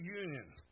union